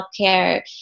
healthcare